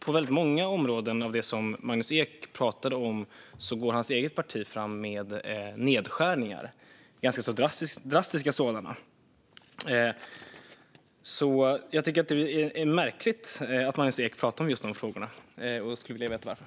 På väldigt många områden som Magnus Ek pratade om går hans eget parti fram med ganska drastiska nedskärningar. Jag tycker att det är märkligt att Magnus Ek pratade om just de frågorna och skulle vilja veta varför.